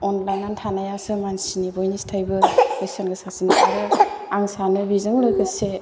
अनलायनानै थानायासो मानसिनि बयनिसथायबो बेसेन गोसासिन आं सानो बिजों लोगोसे